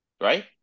right